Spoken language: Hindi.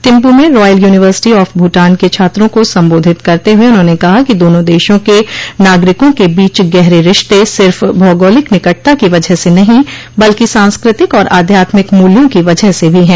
थिम्पू में रॉयल यूनिवर्सिटी ऑफ भूटान के छात्रों को संबोधित करते हुए उन्होंने कहा कि दोनों देशों के नागरिकों के बीच गहरे रिश्ते सिर्फ भौगोलिक निकटता की वजह से नहीं बल्कि सांस्कृतिक और आध्यात्मिक मूल्यों की वजह से भी है